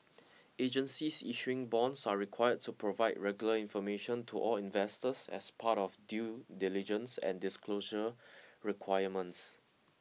agencies issuing bonds are required to provide regular information to all investors as part of due diligence and disclosure requirements